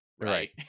right